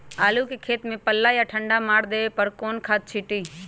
आलू के खेत में पल्ला या ठंडा मार देवे पर कौन खाद छींटी?